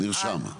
נרשם.